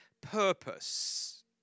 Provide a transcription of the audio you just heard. purpose